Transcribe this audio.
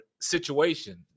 situation